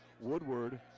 Woodward